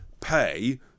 pay